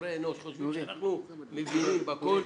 יצורי אנוש חושבים שאנחנו מבינים בכל,